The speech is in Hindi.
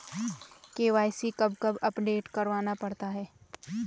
के.वाई.सी कब कब अपडेट करवाना पड़ता है?